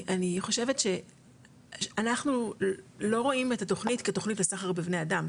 אני חושבת שאנחנו לא רואים את התוכנית כתוכנית לסחר בבני אדם,